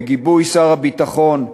בגיבוי שר הביטחון,